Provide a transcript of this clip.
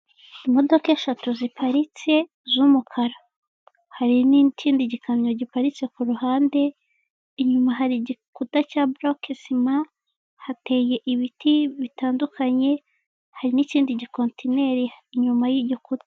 Imodoka eshatu ziparitse z'umukara hari n'ikindi gikamyo giparitse ku ruhande inyuma hari igikuta cya buroke sima hateye ibiti bitandukanye, harimo ikindi gikontineri inyuma y'igikuta.